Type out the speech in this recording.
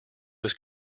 was